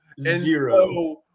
zero